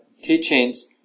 teachings